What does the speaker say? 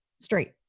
straight